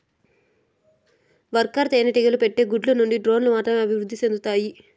worker తేనెటీగలు పెట్టే గుడ్ల నుండి డ్రోన్లు మాత్రమే అభివృద్ధి సెందుతాయి